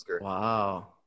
Wow